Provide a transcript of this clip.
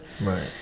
right